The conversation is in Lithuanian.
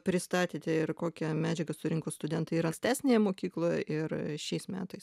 pristatėte ir kokią medžiagą surinko studentai ir ankstesnėje mokykloje ir šiais metais